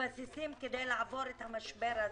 מתבססים כדי לעבור את המשבר הזה,